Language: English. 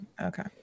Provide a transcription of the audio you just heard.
Okay